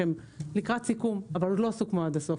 שהם לקראת סיכום אבל עוד לא סוכמו עד הסוף.